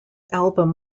album